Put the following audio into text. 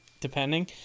depending